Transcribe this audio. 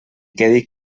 quedi